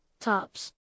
tops